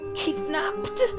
kidnapped